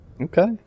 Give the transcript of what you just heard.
Okay